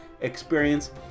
experience